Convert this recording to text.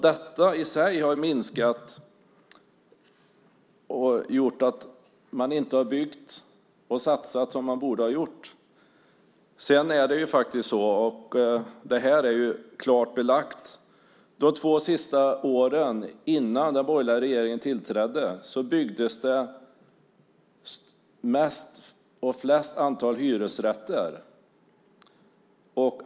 Detta i sig har minskat byggandet och gjort att man inte har byggt och satsat som man borde. Det är klart belagt att under de två sista åren innan den borgerliga regeringen tillträdde byggdes störst antal hyresrätter.